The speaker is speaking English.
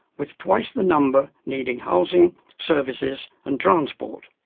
with twice the number needing housing, services and transport?